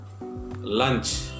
Lunch